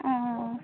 ᱚᱸᱻ